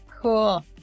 Cool